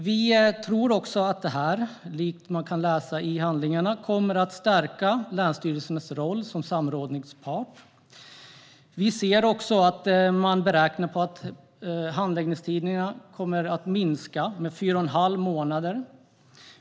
Vi tror att detta, som man kan läsa i handlingarna, kommer att stärka länsstyrelsernas roll som samrådspart. Vi ser också man beräknar att handläggningstiderna kommer att minska med 4 1⁄2 månader.